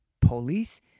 police